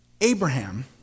Abraham